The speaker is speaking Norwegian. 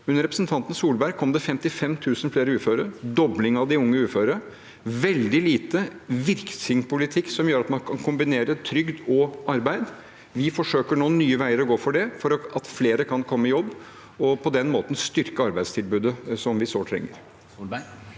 Under representanten Solberg ble det 55 000 flere uføre, en dobling av de unge uføre, og veldig lite viktig og virksom politikk som gjør at man kan kombinere trygd og arbeid. Vi forsøker nå å gå nye veier for det, for at flere kan komme i jobb, og på den måten styrke arbeidstilbudet som vi sårt trenger.